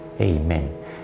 Amen